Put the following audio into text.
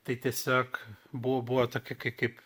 tai tiesiog buvo buvo tokie k kaip